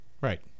Right